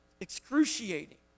excruciating